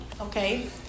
okay